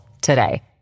today